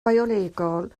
biolegol